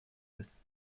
ist